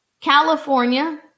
California